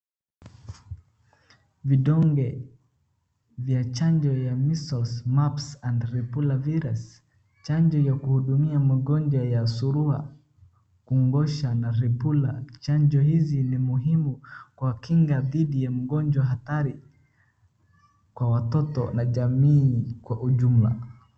Vidonge vya chanjo ya Measles, Mumps and Rubella virus chanjo ya kuhudumia magonjwa ya surua, mabusha ,na rubela. Chanjo hizi ni muhimu kwa kinga dhidi ya magonjwa hatari kwa watoto na jamii kwa ujumla.